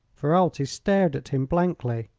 ferralti stared at him blankly.